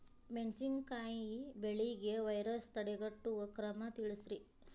ಮೆಣಸಿನಕಾಯಿ ಬೆಳೆಗೆ ವೈರಸ್ ತಡೆಗಟ್ಟುವ ಕ್ರಮ ತಿಳಸ್ರಿ